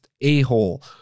a-hole